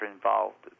involved